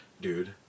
Dude